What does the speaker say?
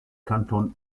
kanton